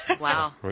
wow